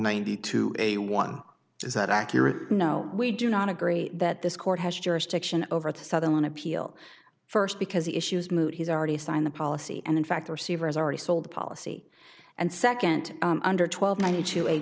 ninety two a one is that accurate no we do not agree that this court has jurisdiction over the sutherland appeal first because the issue is moot he's already signed the policy and in fact receivers already sold the policy and second under twelve ninety two a